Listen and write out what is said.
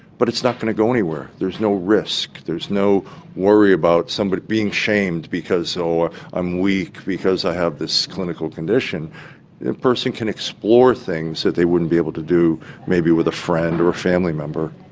but it's not going to go anywhere, there's no risk, there's no worry about being shamed because so ah i'm weak because i have this clinical condition. a person can explore things that they wouldn't be able to do maybe with a friend or a family member.